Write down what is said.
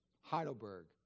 Heidelberg